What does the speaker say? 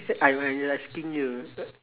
I'm I'm asking you